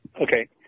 Okay